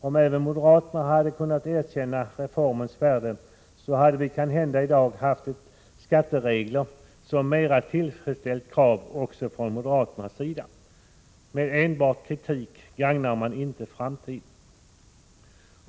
Om även moderaterna hade kunnat erkänna reformens värde hade vi kanhända i dag haft skatteregler som mera tillfredsställt krav också från moderaternas sida. Med enbart kritik gagnar man inte framtiden.